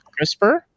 CRISPR